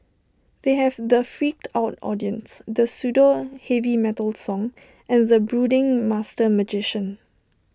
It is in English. they have the freaked out audience the pseudo heavy metal song and the brooding master magician